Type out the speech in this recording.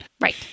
Right